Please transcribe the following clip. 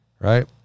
right